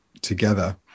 together